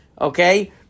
okay